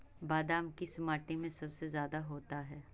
बादाम किस माटी में सबसे ज्यादा होता है?